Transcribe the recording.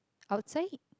outside